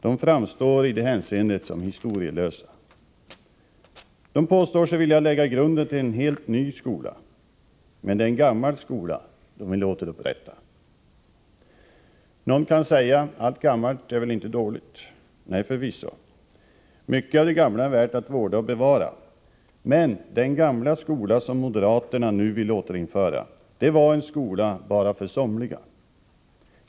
De framstår i det hänseendet som historielösa. De påstår sig vilja lägga grunden till en helt ny skola, men det är en gammal skola de vill återupprätta. Någon kan säga att gammalt är väl inte dåligt. Nej, förvisso. Mycket av det gamla är värt att vårda och bevara. Men den gamla skola som moderaterna nu vill återinföra var en skola bara för somliga.